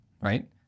Right